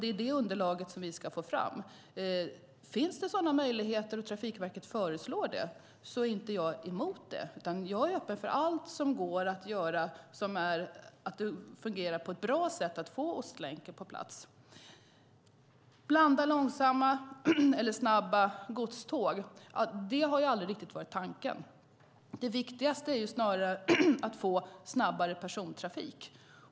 Det är det underlaget som vi ska få fram. Finns det möjligheter och Trafikverket föreslår det är jag inte emot detta. Jag är öppen för allt som går att göra så att det fungerar på ett bra sätt att få Ostlänken på plats. Det talades om att blanda långsamma och snabba godståg. Det har aldrig riktigt varit tanken. Det viktigaste är snarare att få snabbare persontrafik.